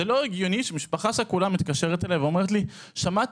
זה לא הגיוני שמשפחה שכולה מתקשרת אלי ואומרת לי ששמעה